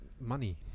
money